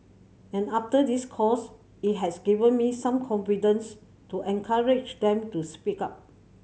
and after this course it has given me some confidence to encourage them to speak up